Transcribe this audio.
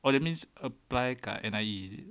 oh that means apply kat N_I_E